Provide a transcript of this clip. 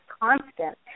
constant